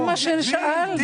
זה מה שאני שאלתי.